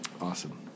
Awesome